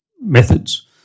methods